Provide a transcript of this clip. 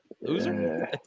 Loser